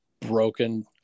broken